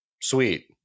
Sweet